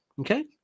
Okay